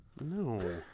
No